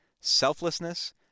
selflessness